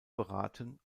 beraten